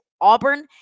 Auburn